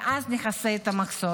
ואז נכסה את המחסור.